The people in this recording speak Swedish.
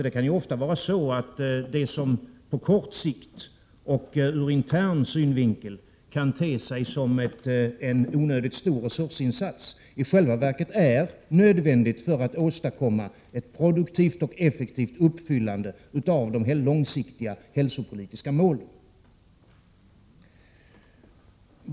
Det som på kort sikt och ur intern synvinkel kan te sig som en onödigt stor resursinsats kan i själva verket vara nödvändigt för att åstadkomma ett produktivt och effektivt uppfyllande av de långsiktiga hälsopolitiska målen.